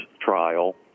trial